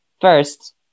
first